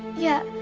yeah,